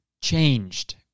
changed